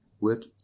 Work